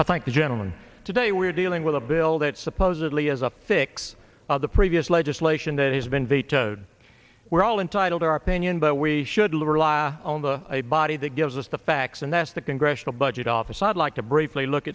i thank the gentleman today we are dealing with a bill that supposedly has a fix on the previous legislation that has been vetoed we're all entitled to our opinion but we should live our lives on the a body that gives us the facts and that's the congressional budget office i'd like to briefly look